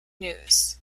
news